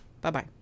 Bye-bye